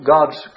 God's